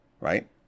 right